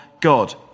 God